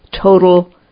total